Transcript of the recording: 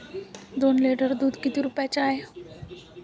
दोन लिटर दुध किती रुप्याचं हाये?